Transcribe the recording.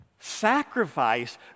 Sacrifice